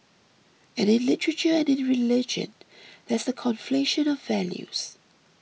and in literature and in religion there's the conflation of values